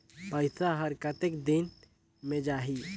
पइसा हर कतेक दिन मे जाही?